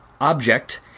object